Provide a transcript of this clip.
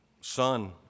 Son